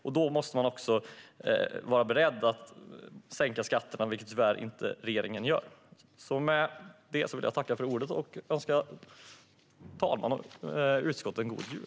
Men då måste man också vara beredd att sänka skatterna, vilket regeringen tyvärr inte gör. Jag vill med detta tacka för ordet och önska talmannen och utskottet en god jul.